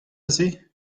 aze